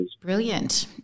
Brilliant